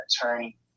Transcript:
attorney